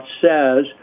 says